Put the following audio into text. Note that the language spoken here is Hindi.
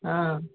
हाँ